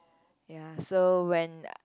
ya so when